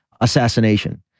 assassination